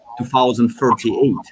2038